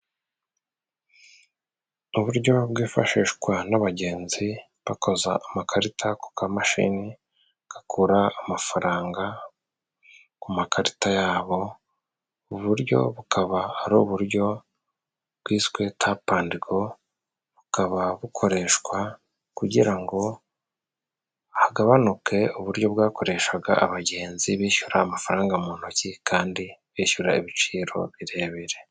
Uburyo bwifashishwa n'abagenzi bakoza amakarita ku kamashini gakura amafaranga ku makarita ya bo, ubu buryo bukaba ari uburyo bwiswe tapandigo, bukaba bukoreshwa kugira ngo hagabanuke uburyo bwakoreshaga, abagenzi bishyura amafaranga mu ntoki kandi bishyura ibiciro birebire.